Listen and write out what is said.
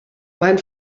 mein